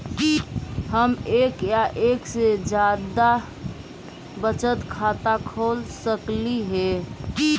हम एक या एक से जादा बचत खाता खोल सकली हे?